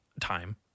time